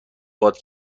باد